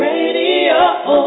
Radio